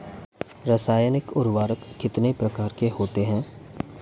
रासायनिक उर्वरक कितने प्रकार के होते हैं?